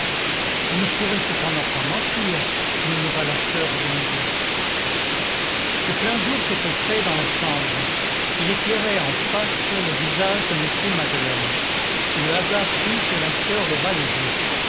on ne pourrait cependant pas mentir murmura la soeur à demi-voix le plein jour s'était fait dans la chambre il éclairait en face le visage de m madeleine le hasard fit que la soeur leva les yeux